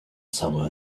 summer